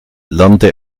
lernte